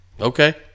Okay